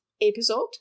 episode